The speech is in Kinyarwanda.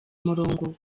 murongo